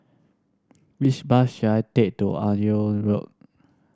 which bus should I take to Aljunied Road